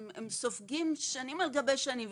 סופגים שנים על גבי שנים,